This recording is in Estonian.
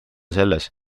selles